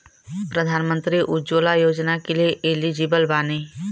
प्रधानमंत्री उज्जवला योजना के लिए एलिजिबल बानी?